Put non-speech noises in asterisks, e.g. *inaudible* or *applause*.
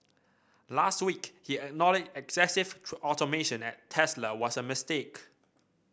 last week he acknowledged excessive *unintelligible* automation at Tesla was a mistake